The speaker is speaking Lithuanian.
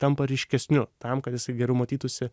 tampa ryškesniu tam kad jisai geriau matytųsi